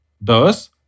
Thus